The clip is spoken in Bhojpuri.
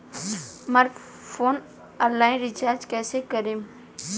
हमार फोन ऑनलाइन रीचार्ज कईसे करेम?